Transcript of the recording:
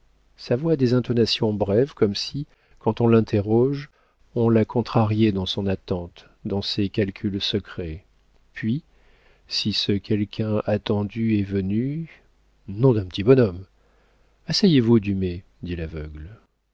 sa voix a des intonations brèves comme si quand on l'interroge on la contrariait dans son attente dans ses calculs secrets puis si ce quelqu'un attendu est venu nom d'un petit bonhomme asseyez-vous dumay dit l'aveugle